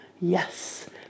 Yes